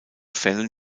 fällen